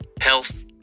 health